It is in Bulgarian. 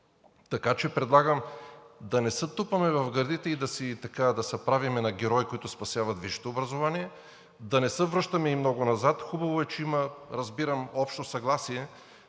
Така че предлагам да не се тупаме в гърдите и да се правим на герои, които спасяват висшето образование, да не се връщаме и много назад. Хубаво е, разбирам, че има общо съгласие